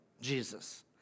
Jesus